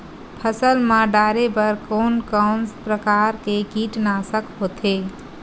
फसल मा डारेबर कोन कौन प्रकार के कीटनाशक होथे?